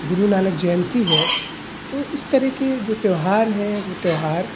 گرو نانک جینتی ہے تو اس طرح کے جو تیوہار ہیں وہ تیوہار